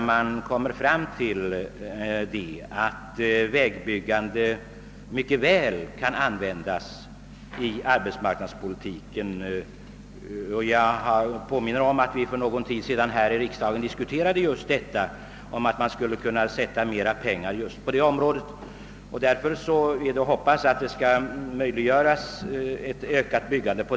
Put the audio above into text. Man har väl numera också funnit att så kan ske. Jag påminner om att vi för någon tid sedan här i riksdagen diskuterade frågan om att avsätta mera pengar för just detta ändamål. Det är att hoppas att ett ökat vägbyg gande skall möjliggöras efter den linjen.